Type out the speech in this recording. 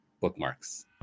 Bookmarks